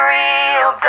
real